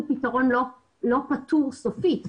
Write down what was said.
הוא פתרון לא פתור סופית.